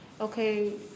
Okay